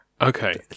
Okay